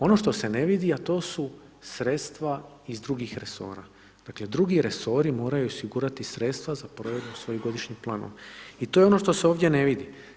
Ono što se ne vidi a to su sredstva iz drugih resora, dakle drugi resori moraju osigurati sredstva za provedbu svojih godišnjih planova i to je ono što se ovdje ne vidi.